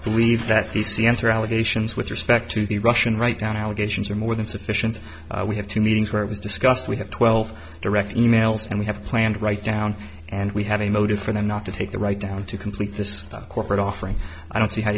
believe that p c s are allegations with respect to the russian write down allegations are more than sufficient we have two meetings where it was discussed we have twelve direct emails and we have planned right down and we have a motive for them not to take the write down to complete this corporate offering i don't see how